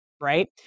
right